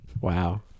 Wow